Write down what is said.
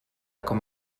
com